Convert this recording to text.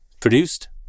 produced